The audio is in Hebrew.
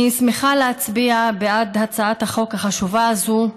אני שמחה להצביע בעד הצעת החוק החשובה הזו.